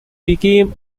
became